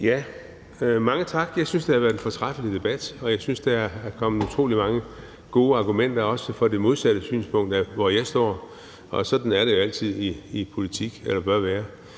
Mange tak. Jeg synes, at det har været en fortræffelig debat, og at der er kommet utrolig mange gode argumenter, også for det modsatte synspunkt af, hvor jeg står, og sådan bør det jo altid være i politik. Så jeg vil